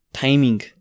timing